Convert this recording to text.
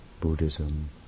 Buddhism